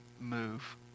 move